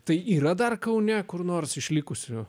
tai yra dar kaune kur nors išlikusių